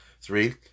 three